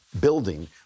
building